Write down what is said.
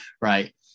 right